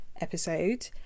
episode